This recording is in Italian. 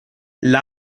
live